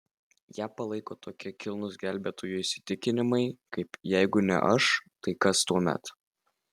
ją palaiko tokie kilnūs gelbėtojų įsitikinimai kaip jeigu ne aš tai kas tuomet